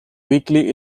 weakly